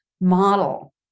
model